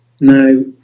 Now